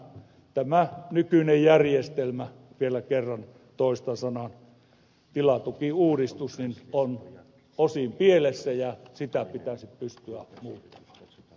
tämä nykyinen järjestelmä vielä kerran toistan sanan tilatukiuudistus on osin pielessä ja sitä pitäisi pystyä muuttamaan